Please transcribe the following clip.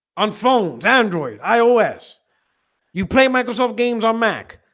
on phones android ios you play microsoft games on mac.